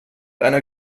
einer